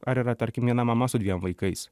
ar yra tarkim viena mama su dviem vaikais